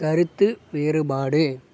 கருத்து வேறுபாடு